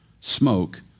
smoke